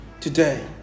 today